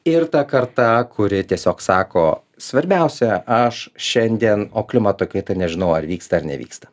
ir ta karta kuri tiesiog sako svarbiausia aš šiandien o klimato kaita nežinau ar vyksta ar nevyksta